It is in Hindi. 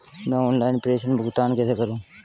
मैं ऑनलाइन प्रेषण भुगतान कैसे करूँ?